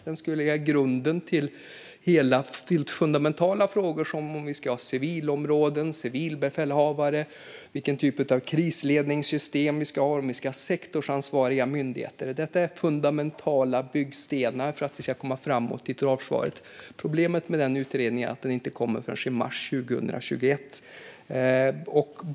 Den ska lägga grunden till helt fundamentala frågor, till exempel om vi ska ha civilområden och civilbefälhavare, vilken typ av krisledningssystem vi ska ha och om vi ska ha sektorsansvariga myndigheter. Detta är fundamentala byggstenar för att vi ska komma framåt i totalförsvaret. Problemet med denna utredning är att den inte kommer förrän i mars 2021.